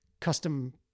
custom